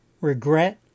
regret